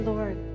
Lord